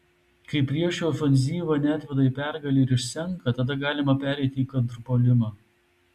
kai priešo ofenzyva neatveda į pergalę ir išsenka tada galima pereiti į kontrpuolimą